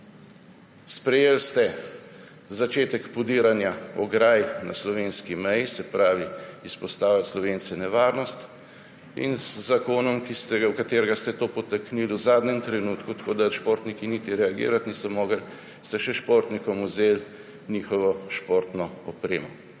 Sprejeli ste začetek podiranja ograj na slovenski meji, se pravi izpostavili Slovence nevarnosti, z zakonom, v katerega ste to podtaknili v zadnjem trenutku, tako da športniki niti reagirati niso mogli, ste še športnikom vzeli njihovo športno opremo.